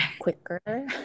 quicker